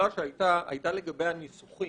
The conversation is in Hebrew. השאלה היתה לגבי הניסוחים.